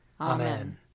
Amen